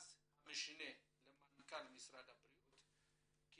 המשנה למנכ"ל משרד הבריאות דאז, כי